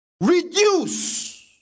reduce